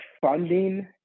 funding